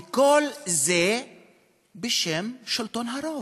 וכל זה בשם שלטון הרוב,